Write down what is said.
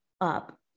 up